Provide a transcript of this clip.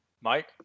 Mike